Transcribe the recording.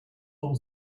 eure